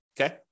okay